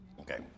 okay